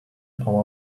our